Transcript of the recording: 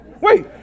Wait